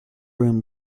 room